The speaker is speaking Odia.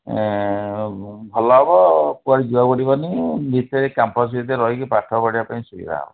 ଭଲ ହେବ କୁଆଡ଼େ ଯିବାକୁ ପଡ଼ିବନି ଭିତରେ କ୍ୟାମ୍ପସ୍ ଭିତରେ ରହିକି ପାଠ ପଢିବା ପାଇଁ ସୁବିଧା ହେବ